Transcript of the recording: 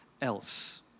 else